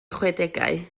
chwedegau